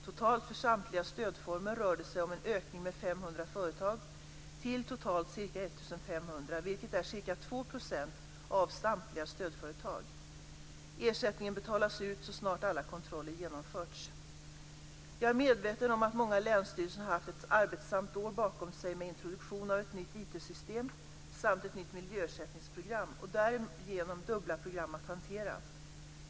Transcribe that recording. Totalt för samtliga stödformer rör det sig om en ökning med 500 företag till totalt ca 1 500, vilket är ca 2 % av samtliga stödföretag. Ersättningen betalas ut så snart alla kontroller genomförts. Jag är medveten om att många länsstyrelser har haft ett arbetsamt år bakom sig med introduktionen av ett nytt IT-system samt ett nytt miljöersättningsprogram och därigenom dubbla program att hantera.